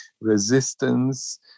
resistance